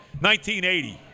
1980